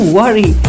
worry